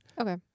Okay